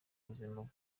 ubuzima